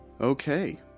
Okay